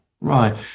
Right